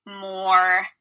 more